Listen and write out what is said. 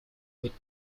with